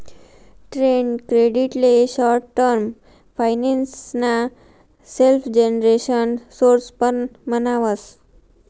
trade credit ले short term finance ना self generation source पण म्हणावस